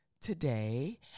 today